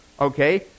okay